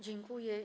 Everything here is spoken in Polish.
Dziękuję.